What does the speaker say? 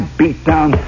beatdown